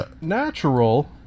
natural